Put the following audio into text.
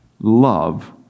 love